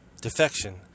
defection